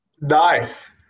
Nice